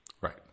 right